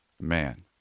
Man